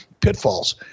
pitfalls